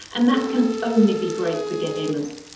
and that can only be great for gamers.